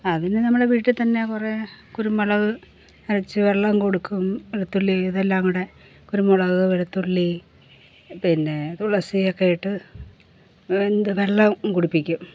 അതിന് നമ്മൾ വീട്ടിൽ തന്നെ കുറേ കുരുമുളക് അരച്ച് വെള്ളം കൊടുക്കും വെളുത്തുള്ളി ഇതെല്ലാം കൂടെ കുരുമുളക് വെളുത്തുള്ളി പിന്നെ തുളസി ഒക്കെ ഇട്ട് വെന്ത് വെള്ളം കുടിപ്പിക്കും